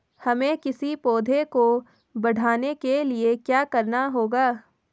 हमें किसी पौधे को बढ़ाने के लिये क्या करना होगा?